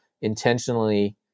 intentionally